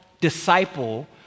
disciple